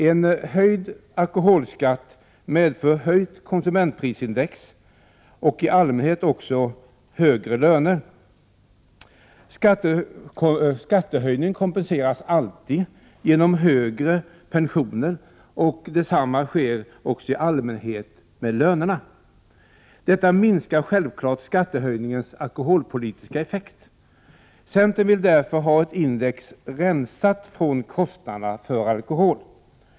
En höjd alkoholskatt medför höjt konsumentprisindex, och i allmänhet också högre löner. Skattehöjningen kompenseras alltid genom högre pensioner, och detsamma sker i allmänhet med lönerna. Detta minskar självfallet skattehöjningens alkoholpolitiska effekt. Centern vill därför ha ett index rensat från kostnaderna för ”alkohol”.